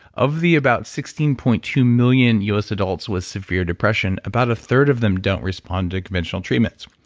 of the about sixteen point two million u s. adults with severe depression about a third of them don't respond to conventional treatments.